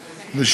אופוזיציה,